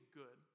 good